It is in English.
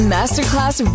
Masterclass